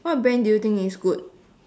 what brand do you think is good